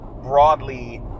broadly